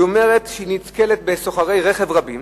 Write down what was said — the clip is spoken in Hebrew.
היא אומרת שהיא נתקלת בסוחרי רכב רבים